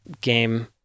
game